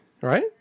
right